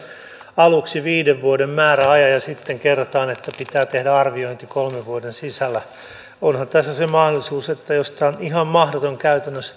aluksi viiden vuoden määräajan ja sitten kerrotaan että pitää tehdä arviointi kolmen vuoden sisällä onhan tässä se mahdollisuus että jos tämä sopimus on ihan mahdoton käytännössä